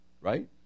Right